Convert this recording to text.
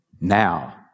Now